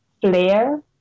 flair